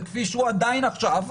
וכפי שהוא עדיין עכשיו,